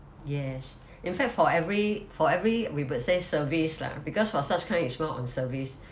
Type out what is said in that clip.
yes in fact for every for every we would say service lah because for such kind it's more on service